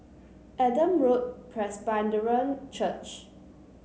Adam Road Presbyterian Church